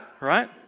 right